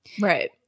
Right